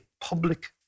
public